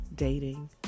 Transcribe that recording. dating